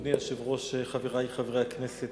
אדוני היושב-ראש, חברי חברי הכנסת,